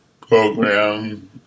program